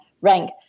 rank